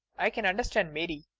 i can understand mary.